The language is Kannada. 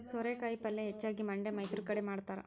ಸೋರೆಕಾಯಿ ಪಲ್ಯೆ ಹೆಚ್ಚಾಗಿ ಮಂಡ್ಯಾ ಮೈಸೂರು ಕಡೆ ಮಾಡತಾರ